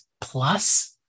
plus